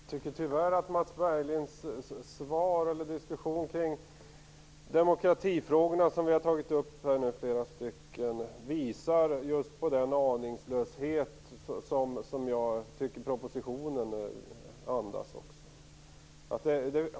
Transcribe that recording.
Herr talman! Tyvärr visar Mats Berglinds svar och diskussion kring de demokratifrågor som flera av oss har tagit upp just på den aningslöshet som jag tycker att också propositionen andas.